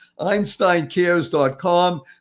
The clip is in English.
einsteincares.com